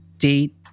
Date